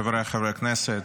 חבריי חברי הכנסת,